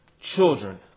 Children